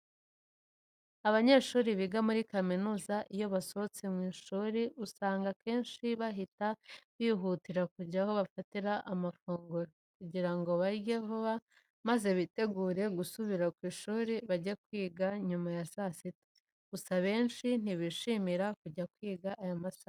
Abanyeshuri biga muri kaminuza iyo basohotse mu ishuri usanga akenshi bahita bihutira kujya aho bafatira amafunguro kugira ngo barye vuba maze bitegure gusubira ku ishuri bajye kwiga nyuma ya saa sita. Gusa abenshi ntibishimira kujya kwiga aya masaha.